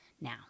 now